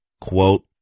quote